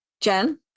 jen